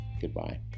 Goodbye